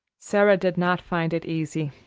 sara did not find it easy.